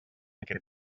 aquest